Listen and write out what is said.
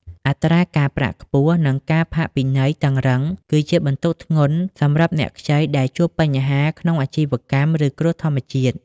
អត្រាការប្រាក់ខ្ពស់ និងការផាកពិន័យតឹងរ៉ឹង គឺជាបន្ទុកធ្ងន់សម្រាប់អ្នកខ្ចីដែលជួបបញ្ហាក្នុងអាជីវកម្ម ឬគ្រោះធម្មជាតិ។